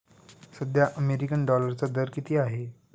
सध्या अमेरिकन डॉलरचा दर किती आहे?